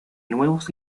nuevos